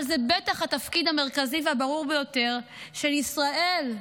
אבל זה בטח התפקיד המרכזי והברור ביותר של ישראל,